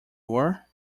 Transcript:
were